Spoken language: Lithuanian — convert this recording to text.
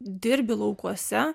dirbi laukuose